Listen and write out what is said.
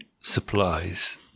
supplies